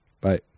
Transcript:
Bye